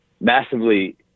massively